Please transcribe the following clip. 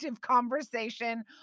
conversation